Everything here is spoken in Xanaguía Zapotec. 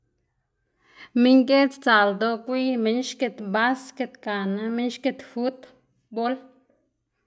minn giedz sdzaꞌl ldoꞌ gwiy minn xgit basquet gana minn xgit futbol.